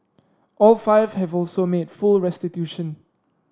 all five have also made full restitution